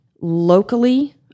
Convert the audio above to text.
locally